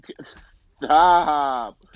Stop